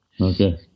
Okay